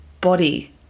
body